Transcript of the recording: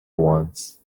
wants